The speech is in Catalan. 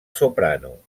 soprano